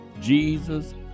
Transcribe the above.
Jesus